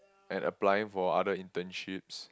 and applying for other internships